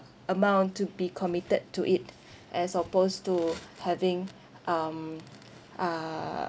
amount to be committed to it as opposed to having um uh